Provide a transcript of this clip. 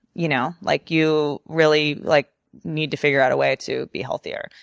you know like you really like need to figure out a way to be healthier.